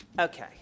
Okay